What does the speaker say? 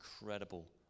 incredible